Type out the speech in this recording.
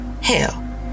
Hell